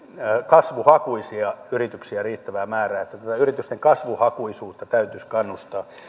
kasvuhakuisia yrityksiä riittävää määrää niin että tätä yritysten kasvuhakuisuutta täytyisi kannustaa